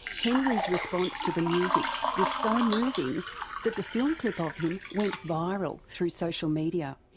henry's response to the music was so moving that the film clip of him went viral through social media.